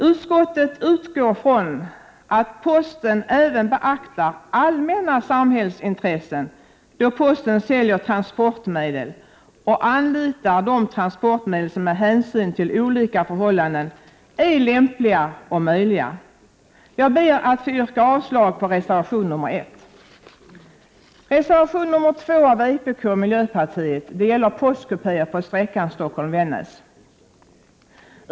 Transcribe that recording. Utskottet utgår från att posten även beaktar allmänna samhällsintressen då posten väljer transportmedel och anlitar de transportmedel som med hänsyn till olika förhållanden är lämpliga och möjliga. Jag ber att få yrka avslag på reservation nr 1.